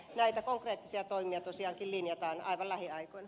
näitä konkreettisia toimia tosiaankin linjataan aivan lähiaikoina